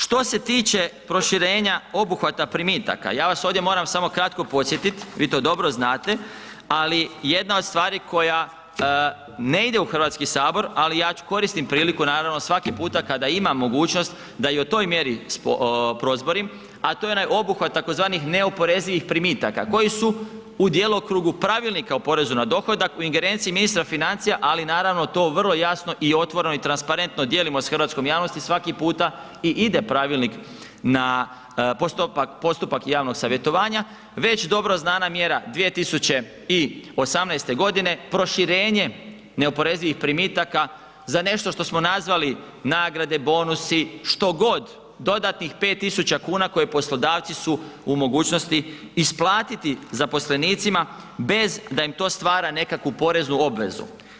Što se tiče proširenja obuhvata primitaka, ja vas ovdje moram samo kratko podsjetiti, vi to dobro znate, ali jedna od stvari koja ne ide u Hrvatski sabor ali ja koristim priliku, naravno svaki puta kada imam mogućnost da i o toj mjeri prozborim a to je onaj obuhvat tzv. neoporezivih primitaka koji su u djelokrugu pravilnika o porezu na dohodak, u ingerenciji ministra financija ali naravno to vrlo jasno i otvoreno i transparentno dijelimo s hrvatskom javnosti, svaki puta i ide pravilnik na postupak javnog savjetovanja, već dobro znana mjera 2018. g., proširenje neoporezivih primitaka za nešto što smo nazvali nagrade, bonusi, što god, dodatnih 5000 kuna koje poslodavci su u mogućnost isplatiti zaposlenicima bez da im to stvara nekakvu poreznu obvezu.